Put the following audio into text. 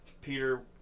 Peter